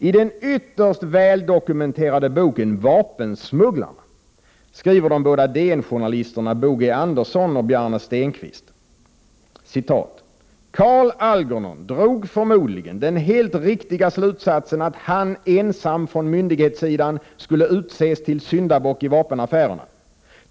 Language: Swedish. I den ytterst väldokumenterade boken Vapensmugglarna skriver de båda DN-journalisterna Bo G. Andersson och Bjarne Stenquist: ”Carl Algernon drog förmodligen den helt riktiga slutsatsen att han ensam från myndighetssidan skulle utses till syndabock i vapenaffärerna.